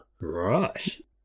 Right